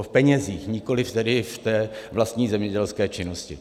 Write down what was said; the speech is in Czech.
V penězích, nikoliv ve vlastní zemědělské činnosti.